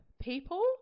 people